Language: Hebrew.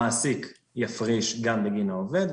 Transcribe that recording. המעסיק יפריש גם בגין העובד.